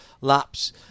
laps